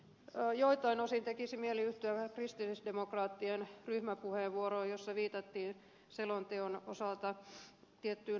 joiltain osin tekisi mieli yhtyä vähän kristillisdemokraattien ryhmäpuheenvuoroon jossa viitattiin selonteon osalta tiettyyn haaveilun tasoon